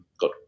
got